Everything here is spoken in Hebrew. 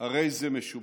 הרי זה משובח.